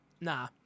Nah